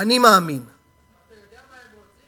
אמר שכל עוד יש